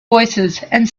voicesand